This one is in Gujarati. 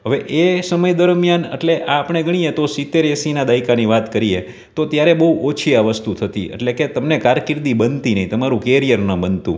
હવે એ સમય દરમ્યાન એટલે આપણે ગણીએ તો સિત્તેર એંસીના દાયકાની વાત કરીએ તો ત્યારે બહું ઓછી આ વસ્તુ થતી એટલે કે તમને કારકિર્દી બનતી નહીં તમારું કેરિયર ન બનતું